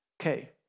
Okay